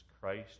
Christ